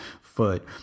foot